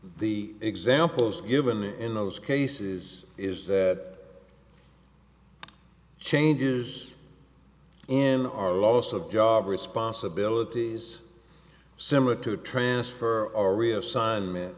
the examples given in those cases is that change is in our loss of job responsibilities similar to transfer or reassign